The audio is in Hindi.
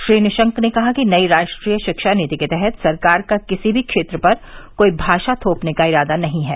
श्री निशंक ने कहा कि नई राष्ट्रीय शिक्षा नीति के तहत सरकार का किसी भी क्षेत्र पर कोई भाषा थोपने का इरादा नहीं है